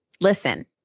Listen